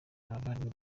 abavandimwe